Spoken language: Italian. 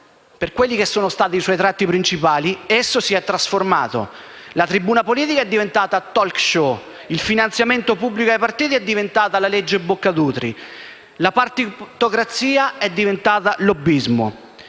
per quelli che sono stati i suoi tratti principali esso si è trasformato: la tribuna politica è diventata *talk-show*, il finanziamento pubblico ai partiti è diventato la legge Boccadutri, la partitocrazia è diventata lobbismo.